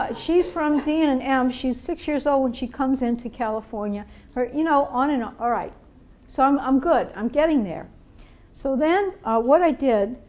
ah she's from d and an m, she's six years old when she comes into california you know, on and on. all right, so i'm i'm good, i'm getting there so then what i did,